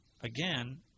again